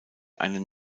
einen